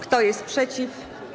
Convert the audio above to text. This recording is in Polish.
Kto jest przeciw?